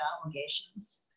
obligations